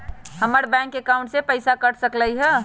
हमर bank account से पैसा कट सकलइ ह?